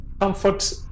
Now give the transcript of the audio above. comfort